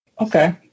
Okay